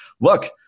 look